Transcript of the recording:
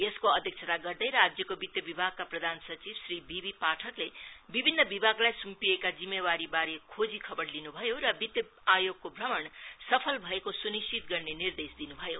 यसको अध्यक्षता गर्दै राज्यको वित्त विभागका प्रधान सचिव श्री भिबि पाठकले विभिन्न विभागलाई स्म्पिएका जिम्मेवारीबारे खोजी खबर लिन् भयो र वित्त आयोगको भ्रमण सफल भएको सुनिश्चित गर्ने निर्देश दिन् भयो